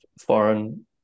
foreign